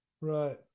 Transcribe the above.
Right